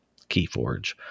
KeyForge